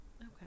Okay